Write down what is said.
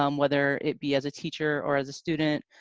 um whether it be as a teacher or as a student.